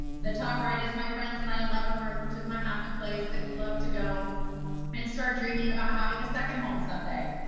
the top right is my friends and i in leavenworth, which is my happy happy place that we love to go and start dreaming about having a second home someday.